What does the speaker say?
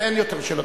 אין יותר שאלות,